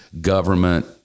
government